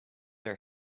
are